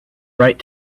right